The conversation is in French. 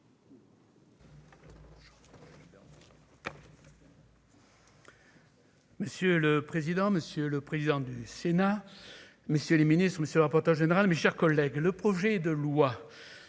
Monsieur le président, monsieur le président du Sénat, messieurs les ministres, monsieur le rapporteur général, mes chers collègues, le projet de loi